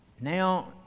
Now